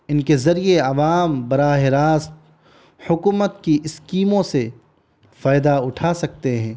ان کے ذریعے عوام براہ راست حکومت کی اسکیموں سے فائدہ اٹھا سکتے ہیں